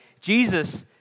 Jesus